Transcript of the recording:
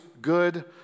good